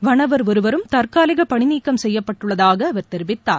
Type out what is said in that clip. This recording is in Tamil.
வனவர் ஒருவரும் தற்காலிக பணிநீக்கம் செய்யப்பட்டுள்ளதாக அவர் தெரிவித்தார்